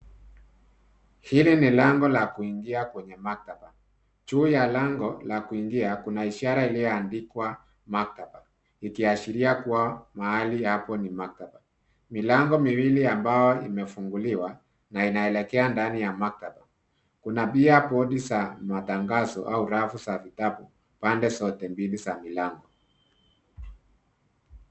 Hili ni lango la kuingia kwenye maktaba. Juu ya lango la kuingia, kuna ishara iliyoandikwa maktaba, ikiashiria kuwa mahali hapo ni maktaba. Milango miwili ambao imefunguliwa na inaelekea ndani ya maktaba. Kuna pia kodi za matangazo au rafu za vitabu pande zote mbili za milango.